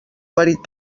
marit